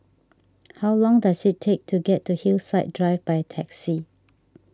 how long does it take to get to Hillside Drive by taxi